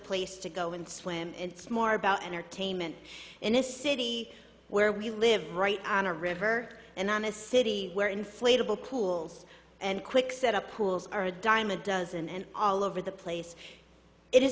place to go and swim it's more about entertainment in a city where we live right on a river and i'm a city where inflatable pools and quick set up pools are a dime a dozen and all over the place it is